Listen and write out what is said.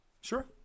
Sure